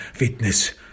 witness